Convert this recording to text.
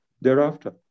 thereafter